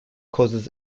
causes